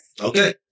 Okay